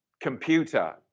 computer